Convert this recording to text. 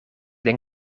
denk